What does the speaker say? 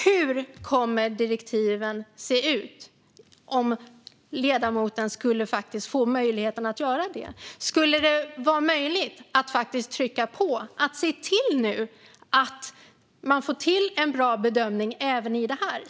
Hur kommer direktiven att se ut? Skulle det vara möjligt att faktiskt trycka på och se till att man får till en bra bedömning även i det här?